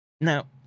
now